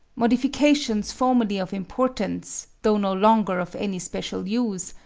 modifications formerly of importance, though no longer of any special use,